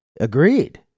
Agreed